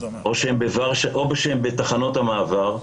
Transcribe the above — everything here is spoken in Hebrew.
או שהם בתחנות המעבר,